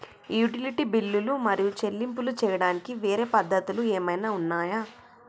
Utility బిల్లులు మరియు చెల్లింపులు చేయడానికి వేరే పద్ధతులు ఏమైనా ఉన్నాయా?